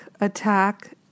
attack